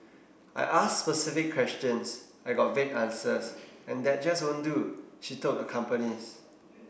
I asked specific questions I got vague answers and that just won't do she told the companies